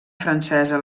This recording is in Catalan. francesa